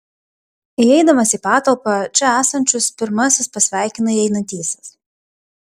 įeidamas į patalpą čia esančius pirmasis pasveikina įeinantysis